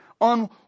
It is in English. on